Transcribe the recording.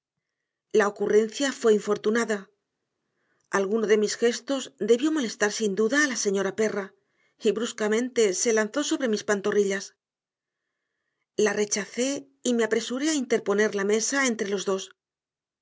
la ocurrencia fue infortunada alguno de mis gestos debió molestar sin duda a la señora perra y bruscamente se lanzó sobre mis pantorrillas la rechacé y me apresuré a interponer la mesa entre los dos